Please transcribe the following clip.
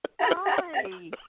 Hi